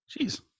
Jeez